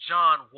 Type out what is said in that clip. John